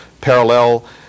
parallel